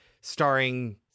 starring